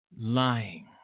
Lying